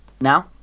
now